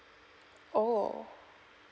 oh